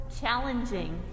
challenging